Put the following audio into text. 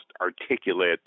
articulate